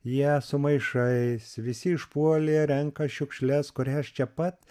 jie su maišais visi išpuolę renka šiukšles kurias čia pat